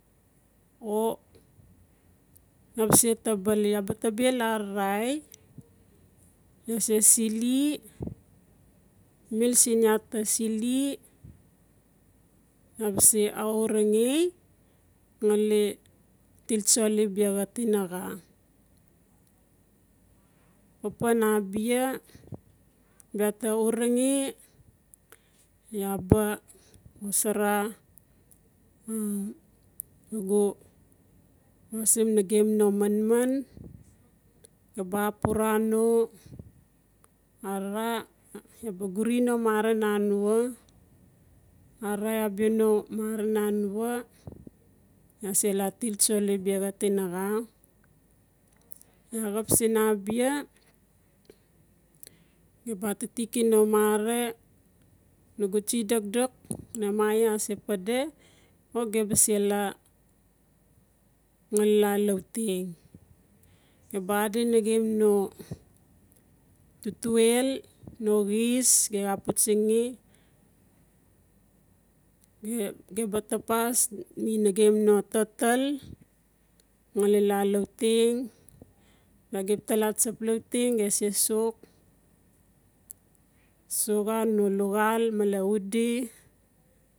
O iaa a se tabali iaa vba tabel ararai ia se sili mil siin iaa ta sili iaa bse aruangei ngali til tsoli biaxa tinaxa papan abia bia ta urange ia ba xosara nugu wasim nagem no manman iaa ba apura no arara iaa ba gurei no mara nanu. Arai abia no mara nanua iaa sela tik tsoli biaxa tinaxa iaa xap siin abia iaa ba atitiki no mara nugu tsie dokdok nemaiah ase pade o geba sela ngali laa lauteng. Gen ba adi nagme no tutuel no xis gem xa putsangi gem ba tapas mi nagem no tatal ngali laa lauteng. Bia gem bala tsap lauteng gese sok. Soxa no luxal male udi.